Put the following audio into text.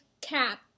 cap